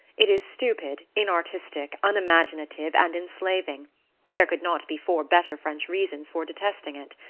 it is stupid, inartistic, unimaginative and enslaving there could not be four better french reasons for detesting it.